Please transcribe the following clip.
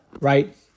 right